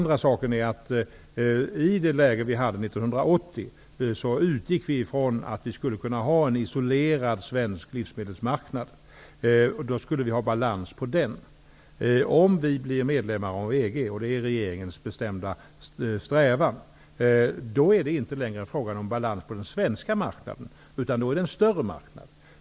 Det andra är att i det läge som rådde 1980 utgick vi ifrån att vi skulle kunna ha en isolerad svensk livsmedelsmarknad i balans. Men om vi blir medlemmar i EG -- och det är regeringens bestämda strävan -- är det inte längre fråga om balans på den svenska marknaden, utan då är det fråga om en större marknad.